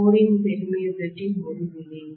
எனவே கோரின் பெர்மியபிலில்டி முடிவிலி